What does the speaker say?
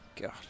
God